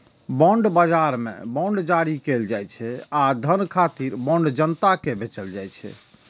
bond बाजार मे bond जारी कैल जाइ छै आ धन खातिर बांड जनता कें बेचल जाइ छै